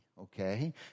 okay